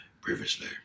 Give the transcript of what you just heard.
Previously